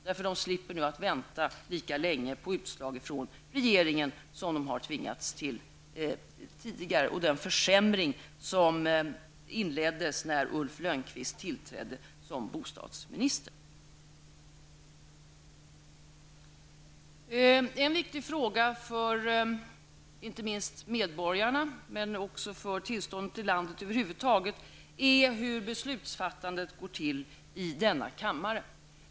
Dessa slipper nu att vänta lika länge på utslag från regeringen som de tidigare tvingades till vid den försämring som inträdde då Ulf En viktig fråga för inte minst medborgarna men också för tillståndet i landet över huvud taget är beslutsfattandet i denna kammare.